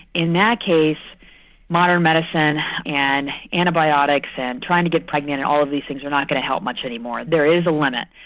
in that case modern medicine and antibiotics and trying to get pregnant and all of these things are not going to help much anymore. there is a limit.